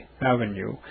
Avenue